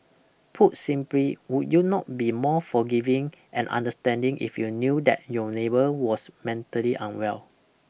put simply would you not be more forgiving and understanding if you knew that your neighbour was mentally unwell